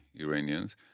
Iranians